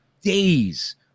days